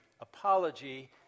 apology